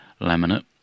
laminate